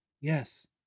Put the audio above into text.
Yes